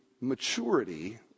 maturity